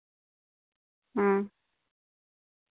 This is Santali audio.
ᱦᱩᱸ